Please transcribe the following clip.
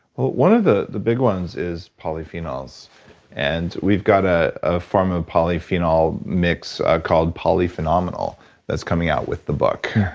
ah one of the the big ones is polyphenols and we've got a ah form of polyphenol mix called that's coming out with the book,